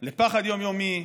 לפחד יום-יומי,